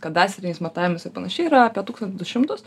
kadastriniais matavimais ir panašiai yra apie tūkstantį du šimtus